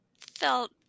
felt